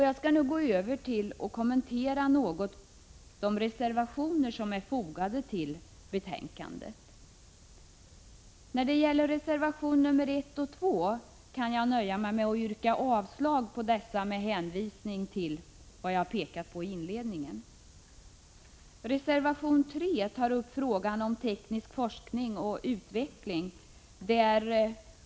Jag skall nu gå över till att något kommentera de reservationer som är fogade till betänkandet. Reservation 1 och reservation 2 kan jag nöja mig med att yrka avslag på med hänvisning till vad jag pekat på i inledningen. Reservation 3 tar upp frågan om teknisk forskning och utveckling.